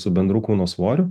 su bendru kūno svoriu